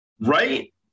Right